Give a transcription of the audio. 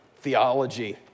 theology